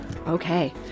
Okay